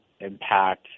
impact